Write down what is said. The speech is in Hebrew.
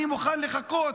אני מוכן לחכות.